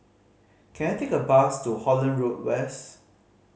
can I take a bus to Holland Road West